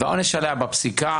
והעונש עליה בפסיקה,